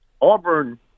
Auburn